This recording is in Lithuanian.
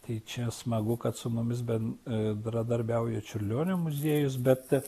tai čia smagu kad su mumis bendradarbiauja čiurlionio muziejus bet